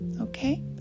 Okay